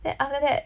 then after that